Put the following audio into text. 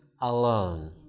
alone